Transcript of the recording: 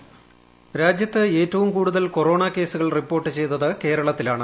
voice രാജ്യത്ത് ഏറ്റവും കുടൂതൽ കൊറോണ കേസുകൾ റിപ്പോർട്ട് ചെയ്തത് കേരളത്തിലാണ്